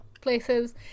places